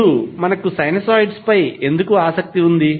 ఇప్పుడు మనకు సైనోసాయిడ్స్పై ఎందుకు ఆసక్తి ఉంది